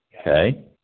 Okay